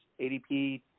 ADP